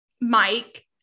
Mike